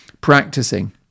practicing